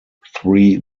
three